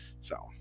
so-